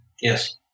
Yes